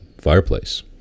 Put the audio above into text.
fireplace